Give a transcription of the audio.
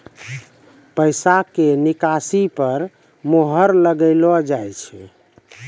पैसा के निकासी पर मोहर लगाइलो जाय छै